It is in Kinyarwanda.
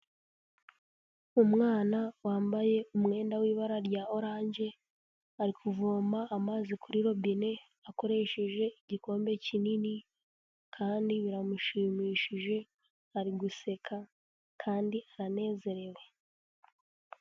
Umwana wambaye umwenda w'ibara rya oranje, ari kuvoma amazi kuri robine akoresheje igikombe kinini kandi biramushimishije, ari guseka kandi aranezerewe.